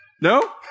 No